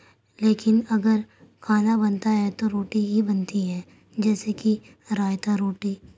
لیکن اگر کھانا بنتا ہے تو روٹی ہی بنتی ہے جیسے کہ رائتا روٹی